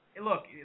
look